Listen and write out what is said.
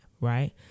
right